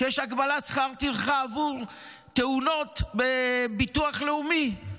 שיש הגבלת שכר טרחה עבור תאונות בביטוח לאומי,